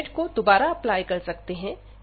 अब हम लिमिट को दोबारा अप्लाई कर सकते हैं